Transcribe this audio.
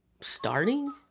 starting